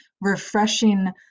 refreshing